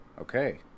Okay